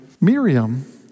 Miriam